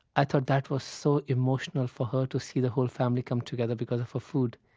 i thought that was so emotional for her to see the whole family come together because of her food.